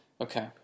Okay